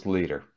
Leader